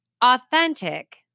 authentic